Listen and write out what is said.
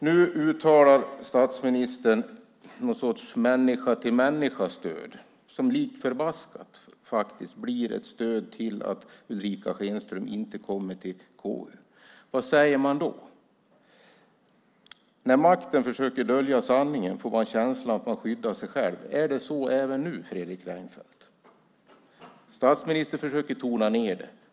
Nu uttalar statsministern någon sorts människa-till-människa-stöd som lik förbaskat blir ett stöd till att Ulrica Schenström inte kommer till KU. Vad säger man då? "När makten försöker dölja sanningen får man känslan av att makten skyddar sig själv." Är det så även nu, Fredrik Reinfeldt? Statsministern försöker tona ned detta.